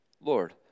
Lord